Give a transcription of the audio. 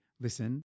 listen